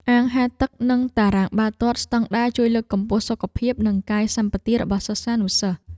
អាងហែលទឹកនិងតារាងបាល់ទាត់ស្តង់ដារជួយលើកកម្ពស់សុខភាពនិងកាយសម្បទារបស់សិស្សានុសិស្ស។